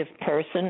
person